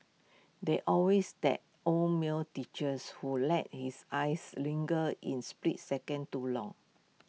there's always that old male teachers who lets his eyes linger in split second too long